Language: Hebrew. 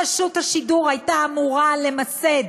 רשות השידור הייתה אמורה למסד